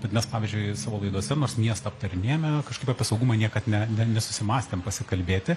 bet mes pavyzdžiui savo laidose nors miestą aptarinėjame kažkaip apie saugumą niekad ne nesusimąstėm pasikalbėti